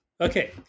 okay